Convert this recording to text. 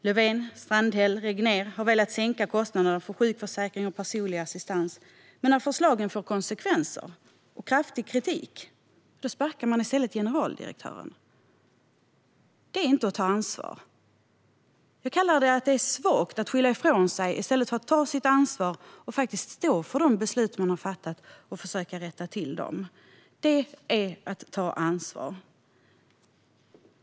Löfven, Strandhäll och Regnér har velat sänka kostnaderna för både sjukförsäkring och personlig assistans, men när förslagen får konsekvenser och kraftig kritik sparkar man i stället generaldirektören. Det är inte att ta ansvar. Jag kallar det svagt att skylla ifrån sig i stället för att ta sitt ansvar och stå för sina beslut och försöka rätta till dem. Det är att ta ansvar.